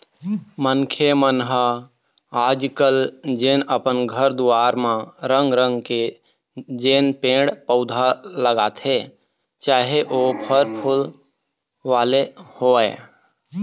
मनखे मन ह आज कल जेन अपन घर दुवार म रंग रंग के जेन पेड़ पउधा लगाथे चाहे ओ फर फूल वाले होवय